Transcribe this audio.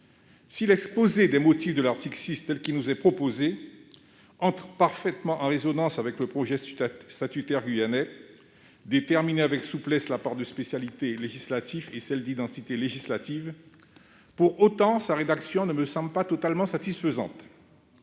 Si l'exposé des motifs de l'article 6 tel qu'il nous est proposé entre parfaitement en résonance avec le projet statutaire guyanais- déterminer avec souplesse la part de spécialité législative et la part d'identité législative -, pour autant, sa rédaction ne me semble pas totalement satisfaisante.